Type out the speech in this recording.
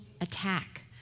attack